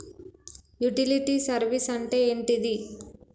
Utility service అంటే ఏంటిది?